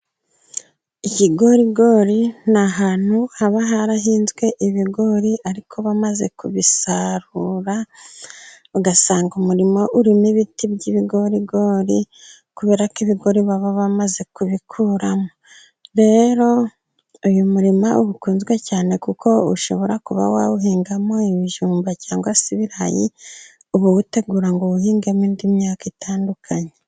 ikigorigori ni ahantutu haba harahinzwe ibigori, ariko bamaze kubisarura ugasanga umurima urimo ibiti by'ibigorigori, kubera ko ibigori baba bamaze kubikuramo. Rero uyu murima uba ukunzwe cyane kuko ushobora kuba wawuhingamo ibijumba cyangwa se ibirayi, uba uwutegura kugira ngo uwuihingemo indi myaka itandukanye.